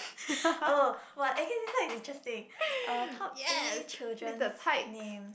oh !wah! actually this one is interesting uh top three children's name